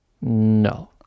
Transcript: No